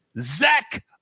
Zach